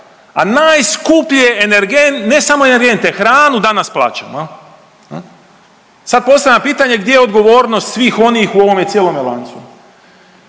A najskuplje energente, ne samo energente hranu danas plaćamo. Sad postavljam pitanje gdje je odgovornost svih onih u ovome cijelome lancu.